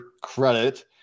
credit